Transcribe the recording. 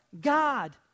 God